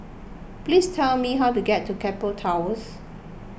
please tell me how to get to Keppel Towers